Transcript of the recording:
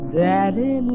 daddy